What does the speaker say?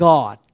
God